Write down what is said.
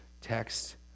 text